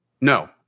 No